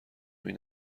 این